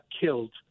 killed